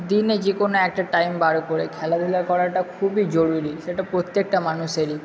দিনে যে কোনো একটা টাইম বার করে খেলাধুলা করাটা খুবই জরুরি সেটা প্রত্যেকটা মানুষেরই